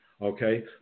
okay